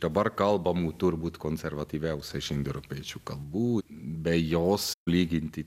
dabar kalbama turbūt konservatyviausiai indoeuropiečių kalbų be jos lyginti